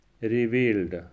revealed